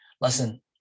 listen